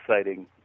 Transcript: exciting